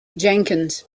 jenkins